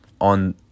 on